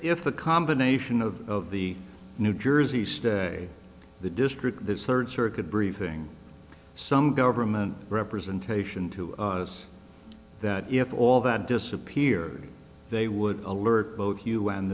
the combination of the new jersey stay the district this third circuit briefing some government representation to us that if all that disappeared they would alert both u